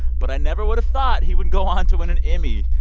but i never would have thought he would go on to win an emmy,